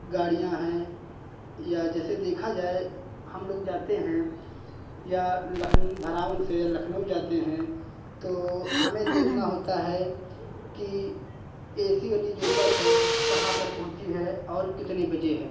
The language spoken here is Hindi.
गाड़ियाँ हैं या जैसे देखा जाए हम लोग जाते हैं या लखन् भरावन से या लखनऊ जाते हैं तो हमें देखना होता है कि ए सी वाली जो बस है कहाँ पर पहुँची है और कितने बजे है